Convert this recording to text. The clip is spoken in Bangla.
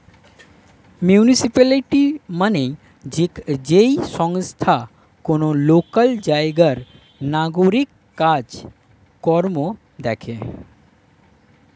মিউনিসিপালিটি মানে যেই সংস্থা কোন লোকাল জায়গার নাগরিক কাজ কর্ম দেখে